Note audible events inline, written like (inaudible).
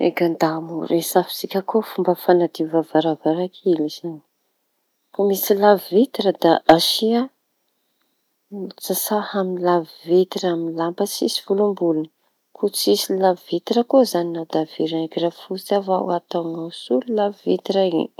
Eka da mbo resafintsika koa fomba fanadiovan varavaran-kely izañy no misy lavy vitra, da asia (hesitation) sasa amin'ny lavy vitra amin'ny lamba tsisy volombolony. Ko Tsisy lavy vitra koa izañy añao da vinegra fotsy avao ataonao solo lavy vitra iñy.